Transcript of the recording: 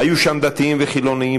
היו שם דתיים וחילונים,